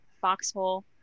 Foxhole